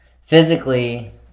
physically